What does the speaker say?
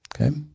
Okay